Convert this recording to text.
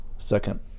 Second